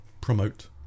promote